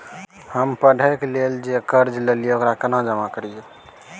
हम पढ़े के लेल जे कर्जा ललिये ओकरा केना जमा करिए?